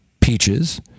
peaches